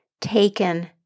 taken